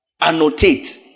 annotate